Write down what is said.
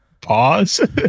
pause